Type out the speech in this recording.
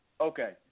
okay